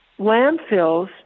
landfills